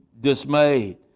dismayed